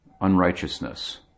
unrighteousness